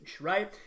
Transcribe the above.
right